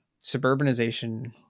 suburbanization